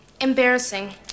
Embarrassing